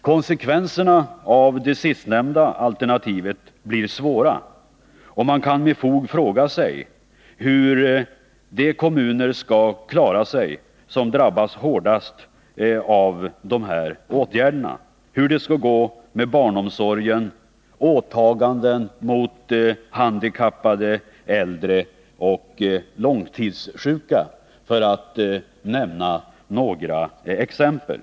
Konsekvenserna om man väljer det sistnämnda alternativet blir svåra, och man kan med fog fråga sig hur de kommuner skall klara sig som drabbas hårdast av de här åtgärderna, hur det skall gå med barnomsorgen samt åtagandena när det gäller handikappade, äldre och långtidssjuka, för att ta några exempel.